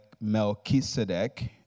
Melchizedek